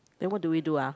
then what do we do ah